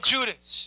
Judas